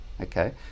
okay